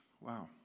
wow